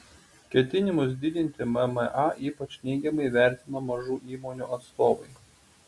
ketinimus didinti mma ypač neigiamai vertina mažų įmonių atstovai